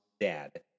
dad